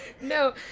No